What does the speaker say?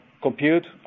compute